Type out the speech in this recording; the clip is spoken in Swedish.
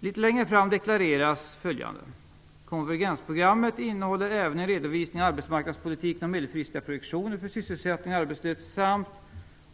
Litet längre fram deklareras följande: "Konvergensprogrammet innehåller även en redovisning av arbetsmarknadspolitiken och medelfristiga projektioner för sysselsättning och arbetslöshet samt